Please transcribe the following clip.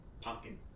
pumpkin